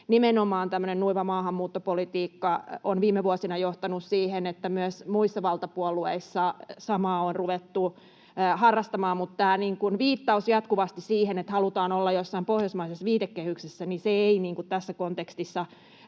nimenomaan tämmöinen nuiva maahanmuuttopolitiikka on viime vuosina johtanut siihen, että myös muissa valtapuolueissa samaa on ruvettu harrastamaan. Mutta tämä viittaus jatkuvasti siihen, että halutaan olla jossain pohjoismaisessa viitekehyksessä, ei tässä kontekstissa